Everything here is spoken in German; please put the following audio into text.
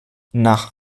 nach